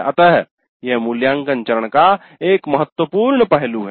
अतः यह मूल्यांकन चरण का एक महत्वपूर्ण पहलू है